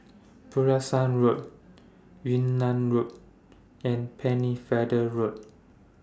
Pulasan Road Yunnan Road and Pennefather Road